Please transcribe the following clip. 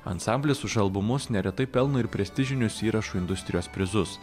ansamblis už albumus neretai pelno ir prestižinius įrašų industrijos prizus